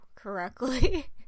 correctly